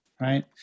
Right